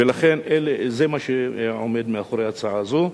ולכן, זה מה שעומד מאחורי ההצעה זו,